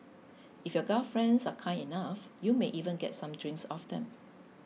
if your gal friends are kind enough you may even get some drinks off them